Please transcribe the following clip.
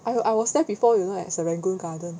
I I as there before you know right serangoon garden